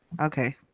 Okay